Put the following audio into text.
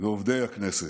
ועובדי הכנסת,